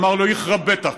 אמר לו: יחרב ביתכ,